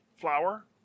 flour